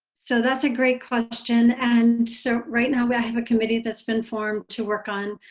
so that's a great question. and so right now, we have a committee that's been formed to work on